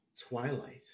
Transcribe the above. Twilight